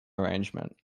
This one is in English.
arrangement